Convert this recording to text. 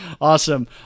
awesome